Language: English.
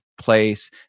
place